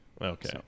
Okay